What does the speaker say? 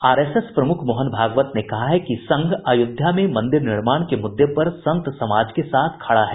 RSS प्रमुख मोहन भागवत ने कहा है कि संघ अयोध्या में मंदिर निर्माण के मुद्दे पर संत समाज के साथ खड़ा है